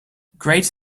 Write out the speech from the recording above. great